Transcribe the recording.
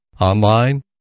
Online